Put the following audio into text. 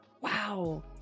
wow